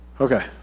Okay